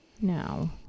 No